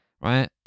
right